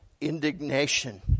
indignation